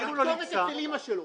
הכתובת היא של אמא שלו.